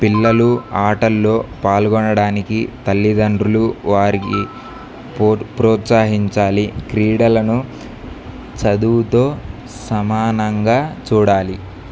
పిల్లలు ఆటల్లో పాల్గొనడానికి తల్లిదండ్రులు వారికి ప్రోత్సహించాలి క్రీడలను చదువుతో సమానంగా చూడాలి